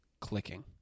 clicking